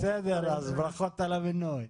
בסדר, אז ברכות על המינוי.